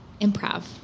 improv